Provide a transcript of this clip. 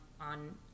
on